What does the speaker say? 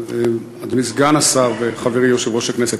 אדוני סגן השר וחברי סגן יושב-ראש הכנסת,